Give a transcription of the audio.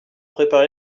préparer